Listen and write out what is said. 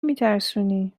میترسونی